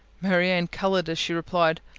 marianne coloured as she replied,